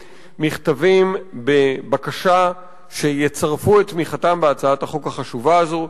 מכתבים בבקשה שיצרפו את תמיכתם בהצעת החוק החשובה הזאת.